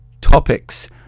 topics